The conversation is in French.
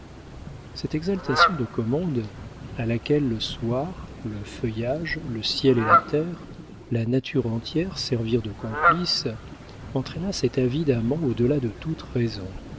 cette exaltation de commande à laquelle le soir le feuillage le ciel et la terre la nature entière servirent de complices entraîna cet avide amant au delà de toute raison